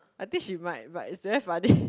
I think she might but it's very funny